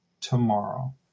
tomorrow